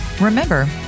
Remember